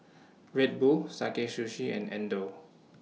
Red Bull Sakae Sushi and Xndo